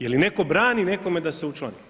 Je li netko brani nekome da se učlani?